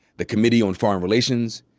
the committee on foreign relations.